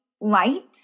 light